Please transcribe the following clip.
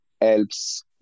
helps